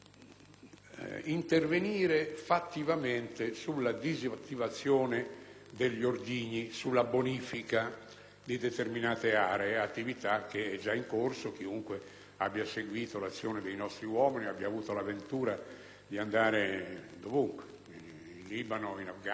di determinate aree, attività che è già in corso: chiunque abbia seguito l'azione dei nostri uomini o abbia avuto la ventura di andare ovunque, in Libano, Afghanistan o in Iraq, ha sentito del loro impegno in tal senso. Trovo giusto che si ponga l'accento su tale